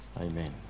Amen